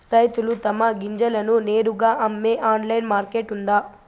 రైతులు తమ గింజలను నేరుగా అమ్మే ఆన్లైన్ మార్కెట్ ఉందా?